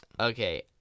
Okay